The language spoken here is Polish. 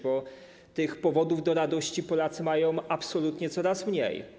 Bo tych powodów do radości Polacy mają absolutnie coraz mniej.